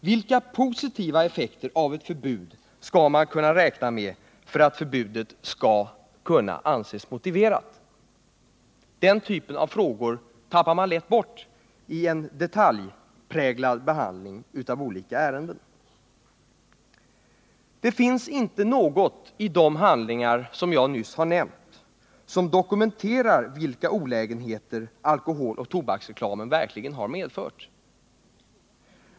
Vilka positiva effekter av ett förbud skall man kunna räkna med för att förbudet skall kunna anses motiverat? Den typen av frågor tappar man lätt bort i en detaljpräglad behandling av olika ärenden. Det finns inte något i de handlingar jag nyss nämnt som dokumenterar vilka olägenheter alkoholoch tobaksreklam har medfört.